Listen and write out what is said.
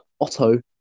Otto